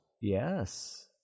yes